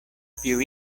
più